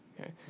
Okay